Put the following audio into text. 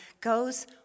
goes